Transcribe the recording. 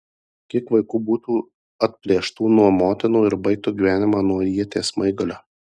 kiek vaikų būtų atplėštų nuo motinų ir baigtų gyvenimą nuo ieties smaigalio